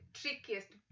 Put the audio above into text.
trickiest